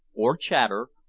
or chatter,